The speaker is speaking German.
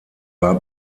war